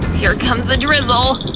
here comes the drizzle.